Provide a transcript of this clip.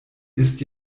isst